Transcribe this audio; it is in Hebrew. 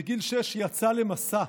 בגיל שש יצא למסע,